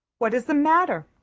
what is the matter?